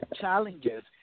challenges